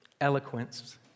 eloquence